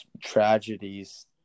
tragedies